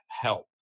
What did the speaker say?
help